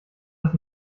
das